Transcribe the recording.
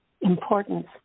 importance